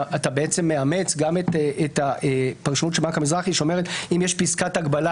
אתה בעצם מאמץ גם את הפרשנות של בנק המזרחי שאומרת שאם יש פסקת הגבלה,